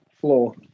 floor